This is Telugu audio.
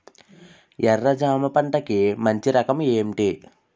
ఎర్ర జమ పంట కి మంచి రకం ఏంటి?